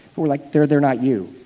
we're like, they're they're not you.